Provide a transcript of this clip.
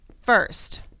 first